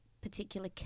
particular